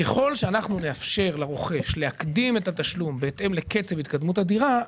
ככול שאנחנו נאפשר לרוכש להקדים את התשלום בהתאם לקצב התקדמות הדירה,